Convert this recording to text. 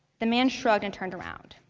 the man shrugged and turned around.